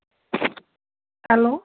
hello